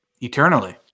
eternally